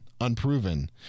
unproven